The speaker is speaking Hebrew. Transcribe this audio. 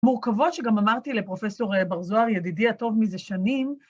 מורכבות שגם אמרתי לפרופסור בר זוהר, ידידי הטוב מזה שנים...